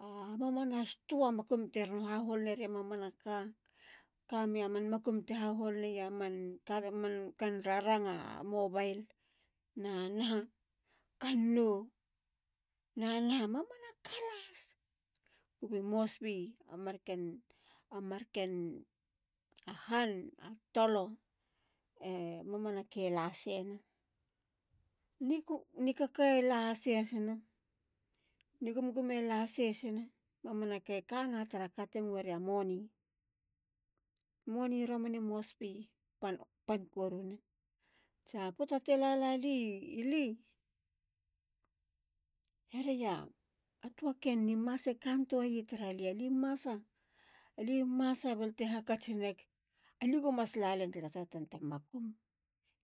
A mamana stua(store). makum teron hahol neria mamanaka. ka meya man makum te hahol neya manka. mankan raranga. mobile. na naha. kannou nahana. mamanakalahas. kubi mosbi. amarken a han. a tolo. a mamanake lasena. nikaka e la se hasina nigumgume lasesina. mamana ke kana tara kate ngueria money. money romani mosbi. pan. pan koruna. sa poata te lalali ili. hereya. a toa ken nimase kantoaye taralia. li masa. ali masa balte hakats neg. alie go mas lalen tala tara tanta makum.